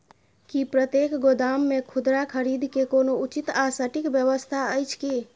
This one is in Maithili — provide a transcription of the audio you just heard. की प्रतेक गोदाम मे खुदरा खरीद के कोनो उचित आ सटिक व्यवस्था अछि की?